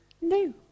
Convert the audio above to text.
no